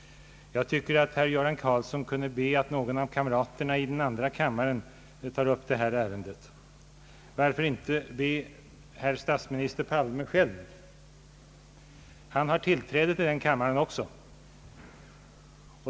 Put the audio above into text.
Herr Göran Karlsson kunde kanske be någon av kamraterna i andra kammaren att ta upp detta ärende. Varför inte be herr statsminister Palme själv! Han har tillträde till den kammaren också.